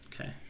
Okay